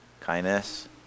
Kindness